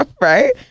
Right